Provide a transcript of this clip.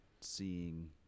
seeing